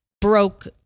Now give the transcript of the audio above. broke